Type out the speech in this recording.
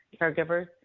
caregivers